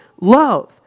love